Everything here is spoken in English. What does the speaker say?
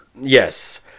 Yes